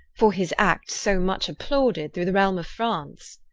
for his acts so much applauded through the realme of france?